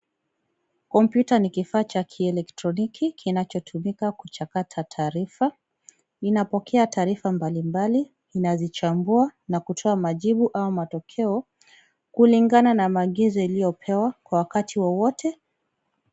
Kompyuta ni kifaa cha kielektroniki kinachotumika kuchakata taarifa. Inapokea taarifa mbalimbali, inazichambua na kutoa majibu au matokeo kulingana na maagizo iliyopewa kwa wakati wowote.